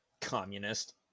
communist